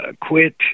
quit